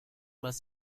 más